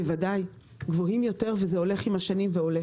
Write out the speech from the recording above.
בוודאי, גבוהים יותר, וזה הולך ועולה עם השנים.